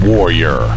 Warrior